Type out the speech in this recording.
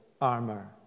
armor